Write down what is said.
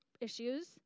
issues